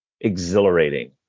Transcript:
exhilarating